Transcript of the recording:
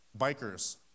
Bikers